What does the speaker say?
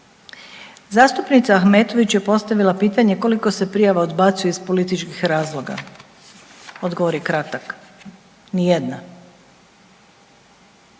Zastupnica Ahmetović je postavila pitanje koliko se prijava odbacuje iz političkih razlog. Odgovor je kratak, nijedna.